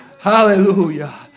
Hallelujah